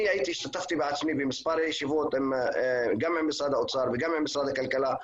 אני השתתפתי בעצמי במספר ישיבות גם עם משרד האוצר וגם עם משרד הכלכלה,